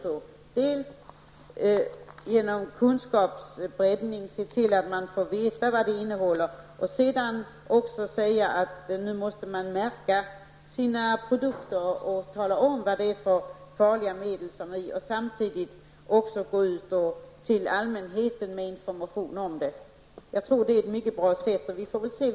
Det handlar alltså dels om att genom en kunskapsbreddning se till att människor får veta vad olika produkter innehåller, dels om att till företagen framföra att det är nödvändigt att dessa märker sina produkter och talar om vilka farliga medel som produkterna innehåller. Samtidigt måste man gå ut med information till allmänheten. Jag tror, som sagt, att det är ett mycket bra sätt att arbeta på.